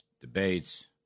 debates